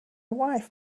wife